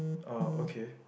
uh okay